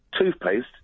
toothpaste